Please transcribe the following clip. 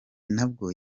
nabwo